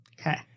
Okay